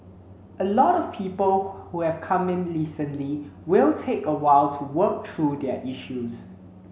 a lot of people who have come in recently will take a while to work through their issues